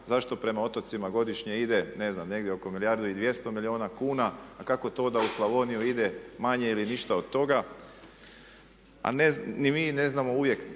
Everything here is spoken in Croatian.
zašto prema otocima godišnje ide ne znam negdje oko milijardu i 200 milijuna kuna a kako to da u Slavoniju ide manje ili ništa od toga. Ni mi ne znamo uvijek